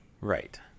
Right